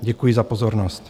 Děkuji za pozornost.